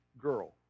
girl